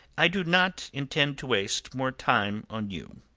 i do not intend to waste more time on you.